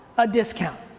a discount,